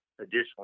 additionally